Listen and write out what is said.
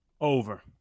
Over